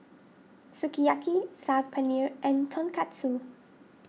Sukiyaki Saag Paneer and Tonkatsu